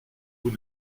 vous